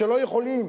שלא יכולים